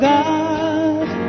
God